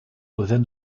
within